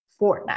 Fortnite